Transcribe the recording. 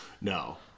No